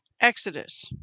Exodus